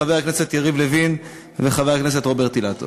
חבר הכנסת יריב לוין וחבר הכנסת רוברט אילטוב,